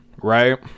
right